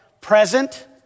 present